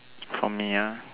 from Ngee-Ann